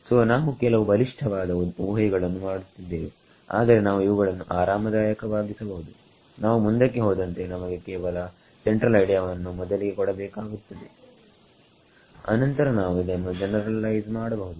so ನಾವು ಕೆಲವು ಬಲಿಷ್ಠವಾದ ಊಹೆಗಳನ್ನು ಮಾಡುತ್ತಿದ್ದೇವೆ ಆದರೆ ನಾವು ಇವುಗಳನ್ನು ಆರಾಮದಾಯಕವಾಗಿಸಬಹುದು ನಾವು ಮುಂದಕ್ಕೆ ಹೋದಂತೆ ನಮಗೆ ಕೇವಲ ಸೆಂಟ್ರಲ್ ಐಡಿಯಾವನ್ನು ಮೊದಲಿಗೆ ಕೊಡಬೇಕಾಗುತ್ತದೆ ಅನಂತರ ನಾವು ಇದನ್ನು ಜನರಲೈಸ್ ಮಾಡಬಹುದು